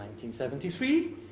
1973